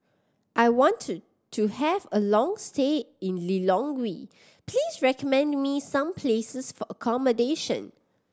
I want to to have a long stay in Lilongwe please recommend me some places for accommodation